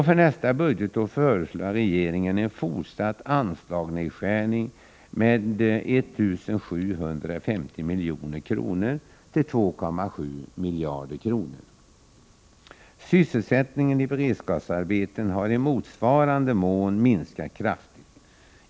För nästa budgetår föreslår regeringen en fortsatt anslagsnedskärning med 1750 milj.kr. till 2,7 miljarder kronor. Sysselsättningen i beredskapsarbeten har i motsvarande mån minskat kraftigt.